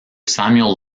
samuel